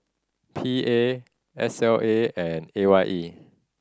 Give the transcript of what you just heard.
P A S L A and A Y E